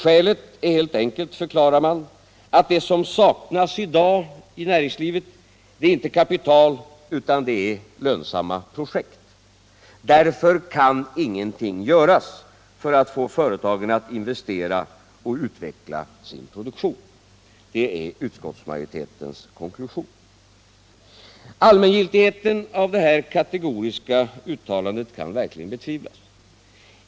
Skälet är helt enkelt att det som saknas i dag inte är kapital utan lönsamma projekt, förklarar utskotts majorileien. Därför kan ingenting göras för att få företagen att investera och utveckla sin produktion. Allmängiltigheten av det kategoriska uttalandet kan verkligen betvivlas.